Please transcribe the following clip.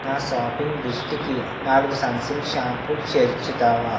నా షాపింగ్ లిస్టుకి నాలుగు సన్సిల్క్ షాంపూలు చేర్చుతావా